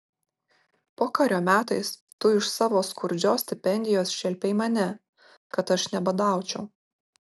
pokario metais tu iš savo skurdžios stipendijos šelpei mane kad aš nebadaučiau